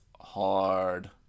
hard